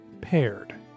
Paired